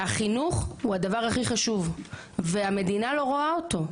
והחינוך הוא הדבר הכי חשוב והמדינה לא רואה אותו.